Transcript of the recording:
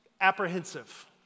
apprehensive